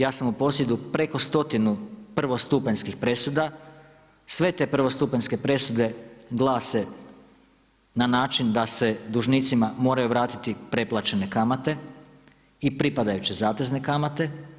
Ja sam u posjedu preko stotinu prvostupanjskih presuda, sve te prvostupanjske presude glase na način da se dužnicima moraju bratiti preplaćene kamate i pripadajuće zatezne kamate.